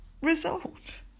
Result